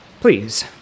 Please